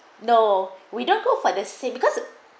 no we don't go for the c because